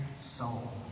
soul